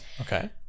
Okay